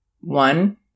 One